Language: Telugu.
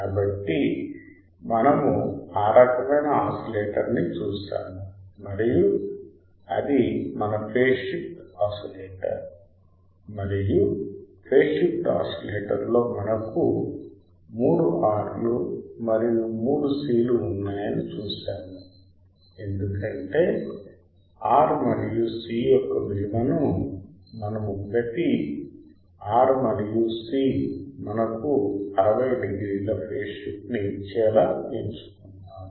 కాబట్టి మనము ఆ రకమైన ఆసిలేటర్ని చూశాము మరియు అది మన ఫేజ్ షిఫ్ట్ ఆసిలేటర్ మరియు ఫేజ్ షిఫ్ట్ ఆసిలేటర్లో మనకు మూడు R లు మరియు మూడు C ఉన్నాయని చూశాము ఎందుకంటే R మరియు C యొక్క విలువను మనము ప్రతి R మరియు C మనకు 60 డిగ్రీల ఫేజ్ షిఫ్ట్ ని ఇచ్చేలా ఎంచుకున్నాము